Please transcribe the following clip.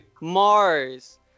Mars